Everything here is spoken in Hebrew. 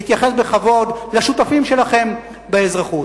להתייחס בכבוד לשותפים שלכם באזרחות.